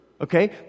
Okay